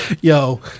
Yo